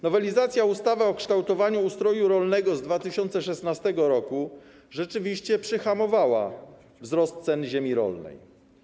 Nowelizacja ustawy o kształtowaniu ustroju rolnego z 2016 r. rzeczywiście przyhamowała wzrost cen ziemi rolnej.